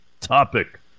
topic